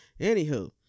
anywho